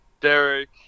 Derek